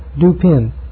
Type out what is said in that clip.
Dupin